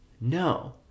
No